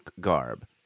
garb